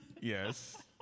Yes